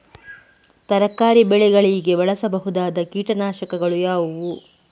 ತರಕಾರಿ ಬೆಳೆಗಳಿಗೆ ಬಳಸಬಹುದಾದ ಕೀಟನಾಶಕಗಳು ಯಾವುವು?